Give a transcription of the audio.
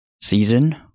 season